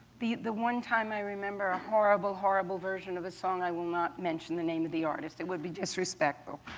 the the one time i remember a horrible, horrible version of a song i will not mention the name of the artist, it would be disrespectful.